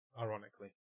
ironically